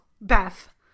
Beth